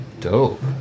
Dope